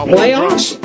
Playoffs